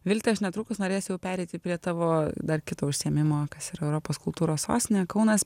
vilte aš netrukus norėsiu jau pereiti prie tavo dar kito užsiėmimo kas yra europos kultūros sostinė kaunas